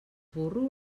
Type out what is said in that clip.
burro